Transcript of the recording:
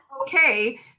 Okay